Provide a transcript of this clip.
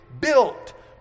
built